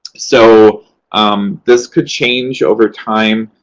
so um this could change over time.